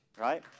Right